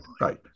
right